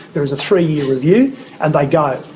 there is a three-year review and they go.